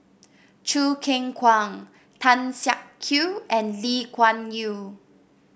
Choo Keng Kwang Tan Siak Kew and Lee Kuan Yew